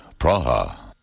Praha